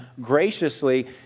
graciously